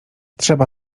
trzeba